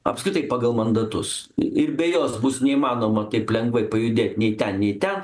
apskritai pagal mandatus ir be jos bus neįmanoma kaip lengvai pajudėt nei ten nei ten